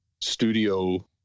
studio